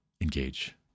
engage